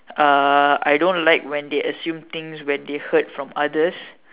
uh I don't like when they assume things when they heard from others